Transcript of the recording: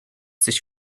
sich